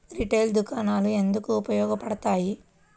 Retail దుకాణాలు ఎందుకు ఉపయోగ పడతాయి?